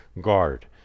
guard